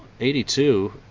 82